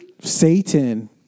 Satan